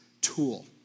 tool